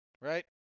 Right